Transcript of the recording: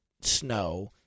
snow